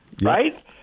right